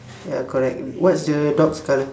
ya correct what's the dogs colour